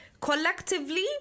Collectively